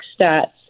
stats